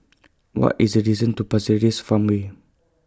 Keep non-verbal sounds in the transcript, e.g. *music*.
*noise* What IS The distance to Pasir Ris Farmway